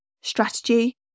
Strategy